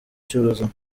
cy’ubuzima